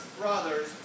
brothers